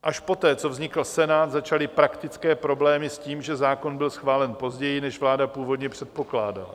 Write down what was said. Až poté, co vznikl Senát, začaly praktické problémy s tím, že zákon byl schválen později, než vláda původně předpokládala.